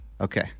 Okay